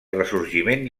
ressorgiment